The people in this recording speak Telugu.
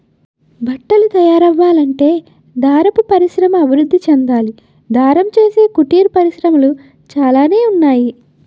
బట్టలు తయారవ్వాలంటే దారపు పరిశ్రమ అభివృద్ధి చెందాలి దారం చేసే కుటీర పరిశ్రమలు చాలానే ఉన్నాయి